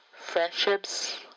Friendships